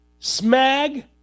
Smag